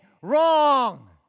Wrong